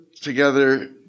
together